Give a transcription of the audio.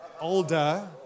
older